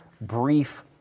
brief